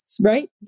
right